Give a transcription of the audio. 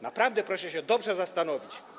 Naprawdę proszę się dobrze zastanowić.